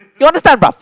you understand broth